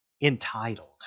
entitled